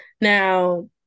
Now